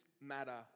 matter